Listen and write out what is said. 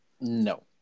No